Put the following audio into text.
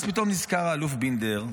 אז פתאום נזכר האלוף בינדר,